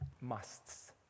Musts